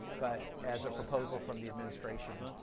but as a proposal from the administration,